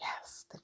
Yes